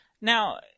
Now